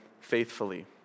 faithfully